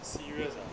serious ah